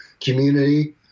community